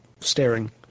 staring